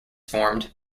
formed